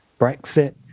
Brexit